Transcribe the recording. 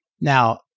Now